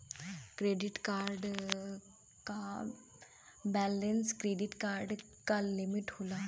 credit card क balance credit card क limit होला